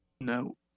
No